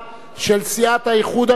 של סיעת האיחוד הלאומי,